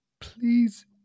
please